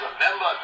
remember